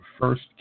first